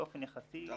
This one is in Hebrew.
זה